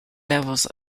levels